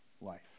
life